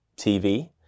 TV